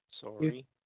sorry